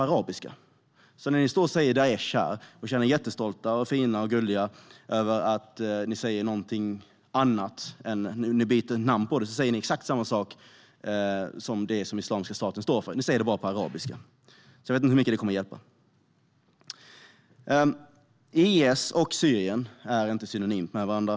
Ni säger Daish och känner er stolta, fina och gulliga över att ni använder en annan beteckning, men ni säger exakt samma sak som Islamiska staten står för fast ni säger det på arabiska. Jag vet inte hur mycket det kommer att hjälpa. IS och Syrien är inte synonymt med varandra.